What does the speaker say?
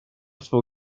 två